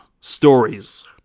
stories